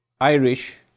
Irish